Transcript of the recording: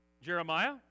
Jeremiah